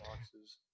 boxes